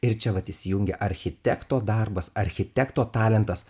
ir čia vat įsijungia architekto darbas architekto talentas